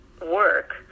work